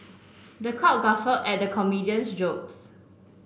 the crowd guffaw at the comedian's jokes